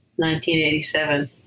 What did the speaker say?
1987